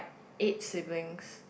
eight siblings